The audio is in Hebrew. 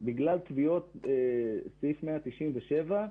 בגלל תביעות סעיף 197,